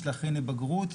יש להכין לבגרות,